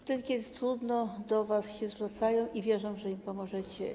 Wtedy kiedy jest trudno, do was się zwracają i wierzą, że im pomożecie.